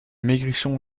maigrichon